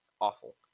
Awful